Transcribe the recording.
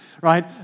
Right